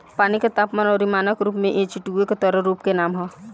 पानी के तापमान अउरी मानक रूप में एचटूओ के तरल रूप के नाम ह